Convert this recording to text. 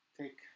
take